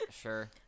Sure